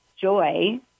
joy